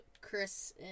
Chris